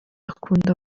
akunda